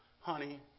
honey